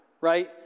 right